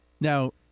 Now